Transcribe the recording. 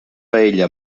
paella